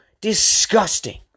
disgusting